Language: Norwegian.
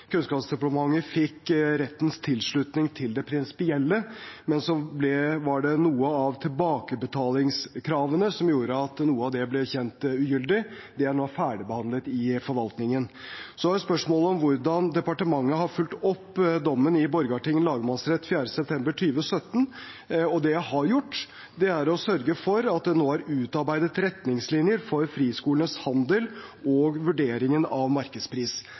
Kunnskapsdepartementet tapte saken. Kunnskapsdepartementet fikk rettens tilslutning til det prinsipielle, men noen av tilbakebetalingskravene gjorde at noe av det ble kjent ugyldig. Det er nå ferdigbehandlet i forvaltningen. Så er spørsmålet hvordan departementet har fulgt opp dommen i Borgarting lagmannsrett 4. september 2017. Det jeg har gjort, er å sørge for at det nå er utarbeidet retningslinjer for friskolenes handel og vurderingen av markedspris.